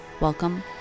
Welcome